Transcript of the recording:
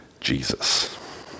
Jesus